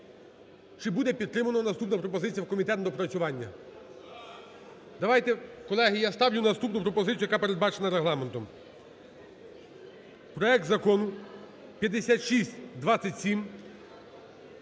Чи буде підтримана наступна пропозиція в комітет на доопрацювання? Колеги, я ставлю наступну пропозицію, яка передбачена Регламентом, проект Закону 5627